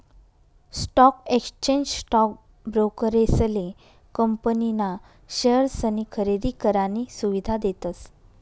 stock exchange stock ब्रोकरेसले company ना शेअर्सनी खरेदी करानी सुविधा देतस